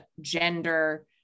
gender